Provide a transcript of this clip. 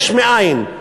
יש מאין.